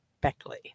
Beckley